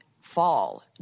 fall